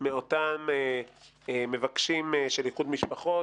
מאותם מבקשים של איחוד משפחות,